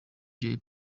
jay